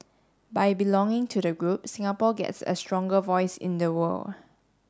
by belonging to the group Singapore gets a stronger voice in the world